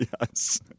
Yes